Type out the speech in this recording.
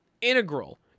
integral